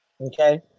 okay